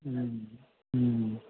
हूँ हूँ